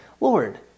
Lord